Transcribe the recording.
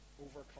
overcome